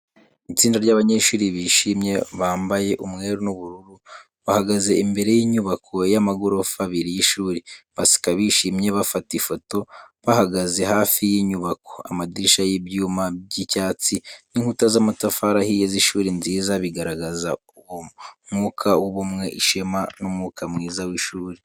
Itsinda ry’abanyeshuri bishimye bambaye umweru n'ubururu bahagaze imbere y’inyubako y’amagorofa abiri y’ishuri. Baseka bishimye, bafata ifoto bahagaze hafi y’inyubako. Amadirishya y'ibyuma by'icyatsi n’inkuta z'amatafari ahiye z’ishuri nziza bigaragaza uwo mwuka w’ubumwe, ishema n’umwuka mwiza w’ishuri.